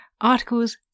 articles